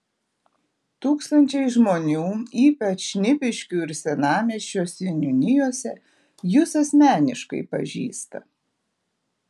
tūkstančiai žmonių ypač šnipiškių ir senamiesčio seniūnijose jus asmeniškai pažįsta